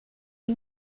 des